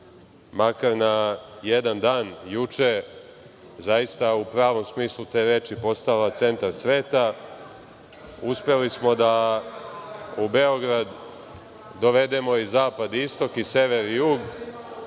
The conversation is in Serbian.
makar na jedan dan, juče, zaista u pravom smislu te reči, postala centar sveta. Uspeli smo da u Beograd dovedemo i zapad i istok, i sever i jug,